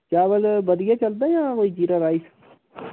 चावल बधियै चलदा जां जीरा राइस